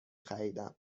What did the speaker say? خریدم